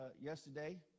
yesterday